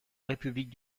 république